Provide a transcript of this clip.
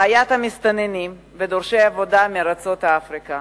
בעיית המסתננים ודורשי העבודה מארצות אפריקה,